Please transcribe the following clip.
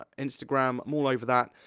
instagram, i'm all over that.